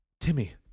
Timmy